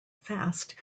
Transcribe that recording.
fast